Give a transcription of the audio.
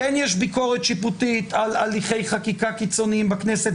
כן יש ביקורת שיפוטית על הליכי חקיקה קיצוניים בכנסת,